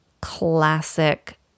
classic